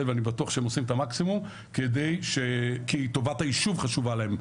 ואני בטוח שהם עושים את המקסימום כי טובת היישוב חשובה להם,